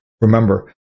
Remember